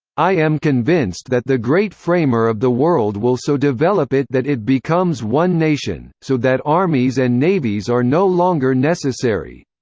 i am convinced that the great framer of the world will so develop it that it becomes one nation, so that armies and navies are no longer necessary.